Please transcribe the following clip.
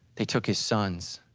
they took his sons,